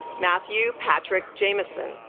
matthew patrick jamison